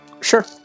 Sure